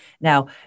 Now